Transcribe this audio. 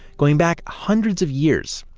going back hundreds of years,